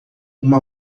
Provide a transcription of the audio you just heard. uma